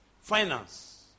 finance